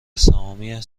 سهامی